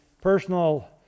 personal